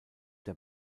der